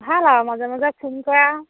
ভাল আৰু মাজে মাজে ফোন কৰা